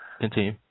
Continue